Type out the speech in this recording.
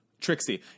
trixie